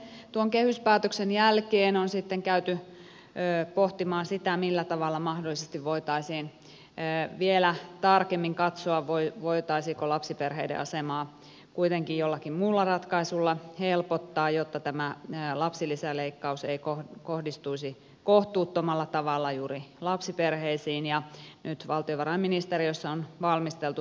tuon kehyspäätöksen jälkeen on sitten käyty pohtimaan sitä millä tavalla mahdollisesti voitaisiin vielä tarkemmin katsoa voitaisiinko lapsiperheiden asemaa kuitenkin jollakin muulla ratkaisulla helpottaa jotta tämä lapsilisäleikkaus ei kohdistuisi kohtuuttomalla tavalla juuri lapsiperheisiin ja nyt valtiovarainministeriössä on valmisteltu verotuksen lapsivähennys